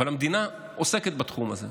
אבל המדינה עוסקת בתחום הזה.